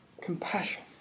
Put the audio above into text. compassion